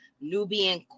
Nubian